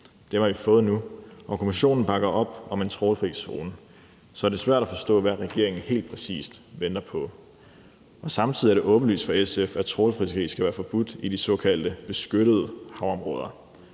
Dem har vi fået nu, og kommissionen bakker op om en trawlfri zone, så det er svært at forstå, hvad regeringen helt præcis venter på. Samtidig er det åbenlyst for SF, at trawlfiskeri skal være forbudt i de såkaldte beskyttede havområder.